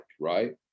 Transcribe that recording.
right